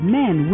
men